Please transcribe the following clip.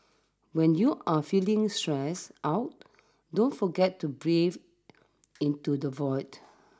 when you are feeling stressed out don't forget to breathe into the void